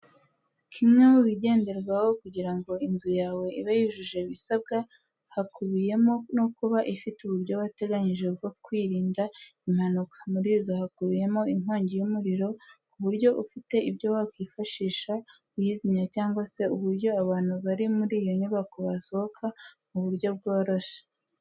Kimwe mubigenderwaho kugira ngo inzu yawe ibe yujuje ibisabwa, hakubiyemo no kuba ifite uburyo wateganyije bwo kwirinda impanuka. Muri zo hakubiyemo inkongi y'umuriro, ku buryo ufite ibyo wakifashisha uyizimya cyangwa se uburyo abantu bari muri iyo nyubako basohoka mu buryo bworoshye.